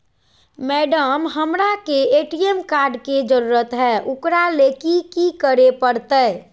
Madam, हमरा के ATM card के जरूरत है ऊकरा ले की की करे परते?